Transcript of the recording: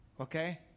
Okay